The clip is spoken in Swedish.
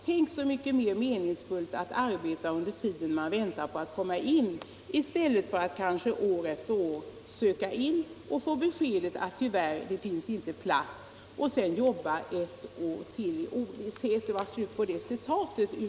Tänk så mycket mer meningsfullt att arbeta under tiden man väntar på att komma in, I stället för au kanske år efter år söka in, få beskedet alt tyvärr, det finns inte plats, och sen jobba ett år till i ovisshet —--."